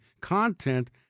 content